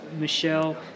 Michelle